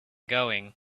going